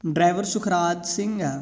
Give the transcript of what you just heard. driver Sukhraj Singh ਆ